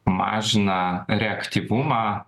mažina reaktyvumą